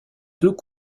deux